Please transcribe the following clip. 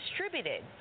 distributed